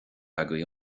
agaibh